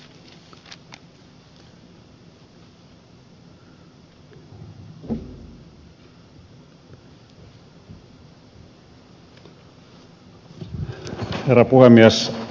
herra puhemies